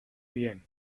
bien